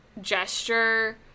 gesture